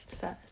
First